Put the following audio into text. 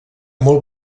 molt